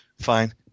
Fine